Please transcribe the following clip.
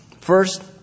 First